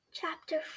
Chapter